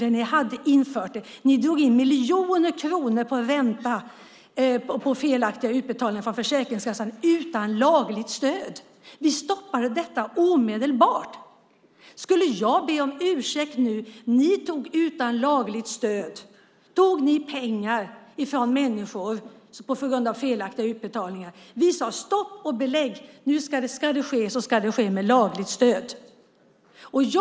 Ni hade infört det. Ni drog in miljoner kronor på ränta på felaktiga utbetalningar från Försäkringskassan utan lagligt stöd. Vi stoppade detta omedelbart. Skulle jag nu be om ursäkt? Utan lagligt stöd tog ni pengar från människor på grund av felaktiga utbetalningar. Vi sade: Stopp och belägg! Ska det ske ska det ske med lagligt stöd.